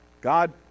God